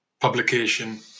publication